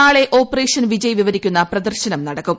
നാളെ ഓപ്പറേഷൻ വിജയ് വിവരിക്കുന്ന പ്രദർശനം നടക്കും